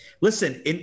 Listen